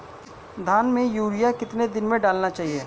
धान में यूरिया कितने दिन में डालना चाहिए?